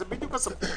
זו בדיוק הסמכות שלו.